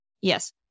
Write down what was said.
Yes